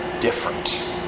different